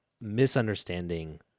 misunderstanding